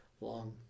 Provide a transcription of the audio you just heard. long